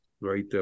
right